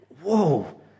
Whoa